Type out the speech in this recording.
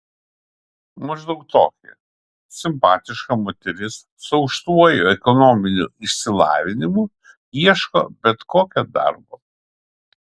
maždaug tokį simpatiška moteris su aukštuoju ekonominiu išsilavinimu ieško bet kokio darbo